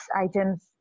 items